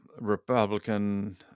Republican